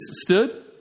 stood